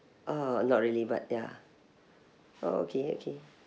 uh not really but ya oh okay okay